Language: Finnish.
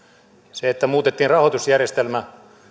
sen että muutettiin rahoitusjärjestelmä